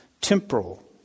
temporal